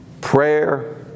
prayer